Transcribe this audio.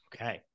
Okay